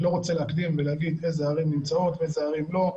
אני לא רוצה להקדים ולומר אילו ערים נמצאות ואילו לא.